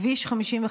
כביש 55,